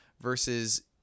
versus